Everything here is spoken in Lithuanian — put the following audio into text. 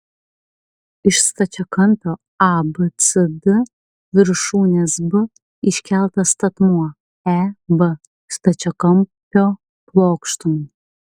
iš stačiakampio abcd viršūnės b iškeltas statmuo eb stačiakampio plokštumai